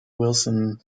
wilson